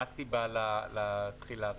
מה הסיבה לתחילה הרטרואקטיבית?